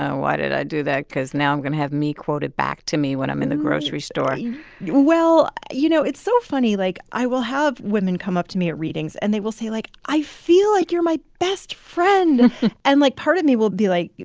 ah why did i do that? because now i'm going to have me quoted back to me when i'm in the grocery store well, you know, it's so funny. like, i will have women come up to me at readings, and they will say, like, i feel like you're my best friend and, like, part of me will be like,